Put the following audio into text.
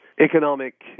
economic